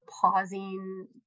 pausing